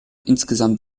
insgesamt